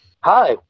Hi